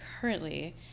currently